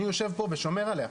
אני חושב פה ושומר עליה.